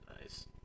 Nice